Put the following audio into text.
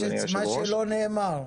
שלא נאמר.